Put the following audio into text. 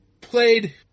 played